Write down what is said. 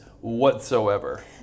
whatsoever